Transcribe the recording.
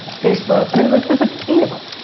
facebook, i mean like there's like eight of them.